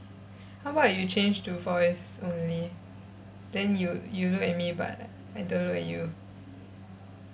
how about you change to voice only then you you look at me but I don't look at you